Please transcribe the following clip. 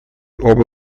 оба